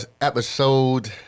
episode